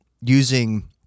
using